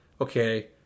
okay